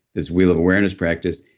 this wheel of awareness practice.